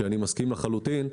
אני מסכים לזה לחלוטין.